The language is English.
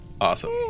Awesome